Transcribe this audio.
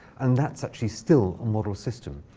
and that's actually still a model system.